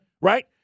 Right